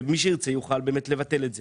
ומי שירצה יוכל לבטל את זה.